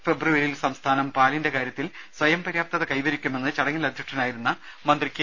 ഫെബ്രുവരിയിൽ സംസ്ഥാനം പാലിന്റെ കാര്യത്തിൽ സ്വയംപര്യാപ്തത കൈവരിക്കുമെന്ന് ചടങ്ങിൽ അധ്യക്ഷനായിരുന്ന മന്ത്രി കെ